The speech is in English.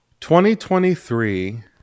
2023